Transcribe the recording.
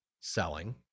selling